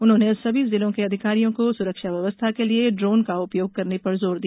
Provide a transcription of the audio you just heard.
उन्होंने सभी जिलों के अधिकारियों को सुरक्षा व्यवस्था के लिए ड्रोन का उपयोग करने पर जोर दिया